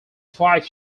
five